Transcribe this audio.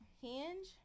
hinge